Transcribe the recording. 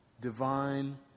divine